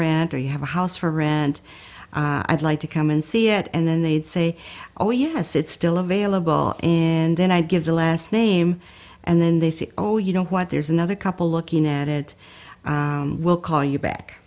rent or you have a house for rent i'd like to come and see it and then they'd say oh yes it's still available and then i give the last name and then they say oh you know what there's another couple looking at it we'll call you back